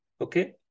okay